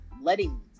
letting